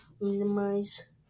minimize